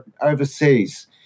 overseas